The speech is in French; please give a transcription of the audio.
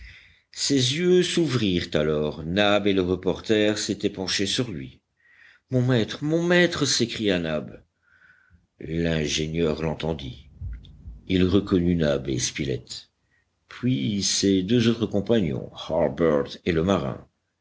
ses yeux s'ouvrirent alors nab et le reporter s'étaient penchés sur lui mon maître mon maître s'écria nab l'ingénieur l'entendit il reconnut nab et spilett puis ses deux autres compagnons harbert et le marin